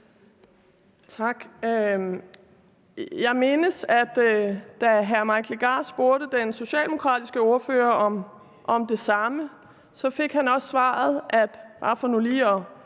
Jeg mindes, at da hr. Mike Legarth spurgte den socialdemokratiske ordfører om det samme, fik han også det svar